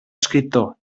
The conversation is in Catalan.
escriptor